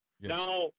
Now